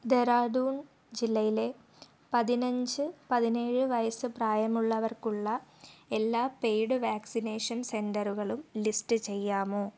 ഡെഹ്റാഡൂൺ ജില്ലയിലെ പതിനഞ്ച് പതിനേഴ് വയസ്സ് പ്രായമുള്ളവർക്കുള്ള എല്ലാ പെയ്ഡ് വാക്സിനേഷൻ സെൻ്ററുകളും ലിസ്റ്റ് ചെയ്യാമോ